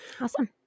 Awesome